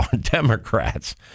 Democrats